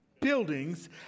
buildings